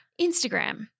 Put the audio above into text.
Instagram